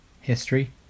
history